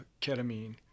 ketamine